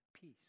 Peace